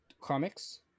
Comics